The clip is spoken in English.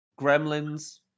Gremlins